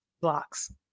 blocks